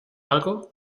algo